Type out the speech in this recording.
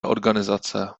organizace